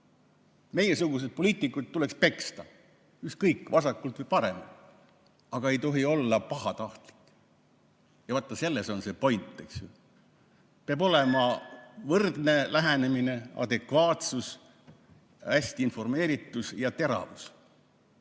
meiesuguseid, poliitikuid, tuleks peksta, ükskõik kas vasakult või paremalt, aga ei tohi olla pahatahtlik. Vaat selles on point. Peab olema võrdne lähenemine, adekvaatsus, hea informeeritus ja teravus,